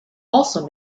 also